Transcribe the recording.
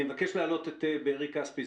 אני מבקש להעלות את בארי כספי,